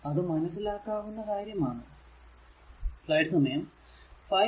അത് മനസ്സിലാക്കാവുന്ന കാര്യം ആണ്